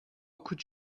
could